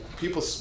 people